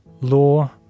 Law